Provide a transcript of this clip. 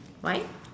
why